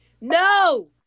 No